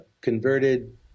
converted